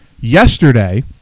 yesterday